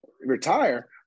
Retire